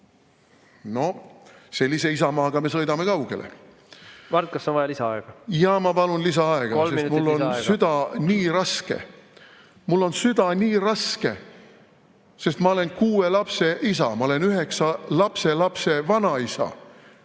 Noh, sellise Isamaaga me sõidame kaugele. Mart, kas on vaja lisaaega? Jaa, ma palun lisaaega. Kolm minutit lisaaega. ... sest mul on süda nii raske. Mul on süda nii raske! Sest ma olen kuue lapse isa, ma olen üheksa lapselapse vanaisa